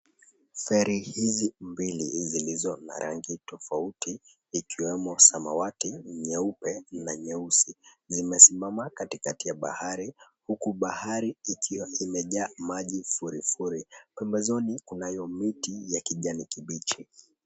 Feri hizi mbili zilizo na rangi tofauti ikiwemo samawati, nyeupe, na nyeusi zimesimama katikati ya bahari huku bahari ikiwa imejaa maji furifuri. Pembezoni kuna miti ya kijani kibichi.